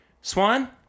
Swan